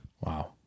Wow